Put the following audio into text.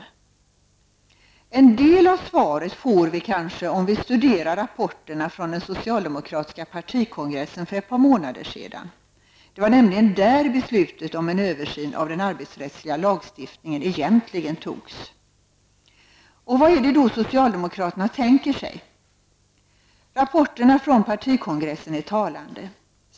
En del av svaret får vi kanske om vi studerar rapporterna från den socialdemokratiska partikongressen för ett par månader sedan. Det var nämligen där beslutet om en översyn av den arbetsrättsliga lagstiftningen egentligen togs. Vad är det då socialdemokraterna tänker sig? Rapporterna från partikongressen är talande.